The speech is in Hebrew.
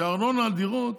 כי הארנונה על דירות